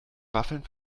waffeln